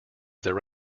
their